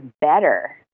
better